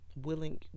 willing